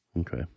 okay